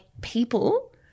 people